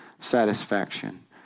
satisfaction